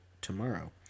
tomorrow